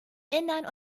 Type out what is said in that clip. innern